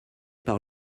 par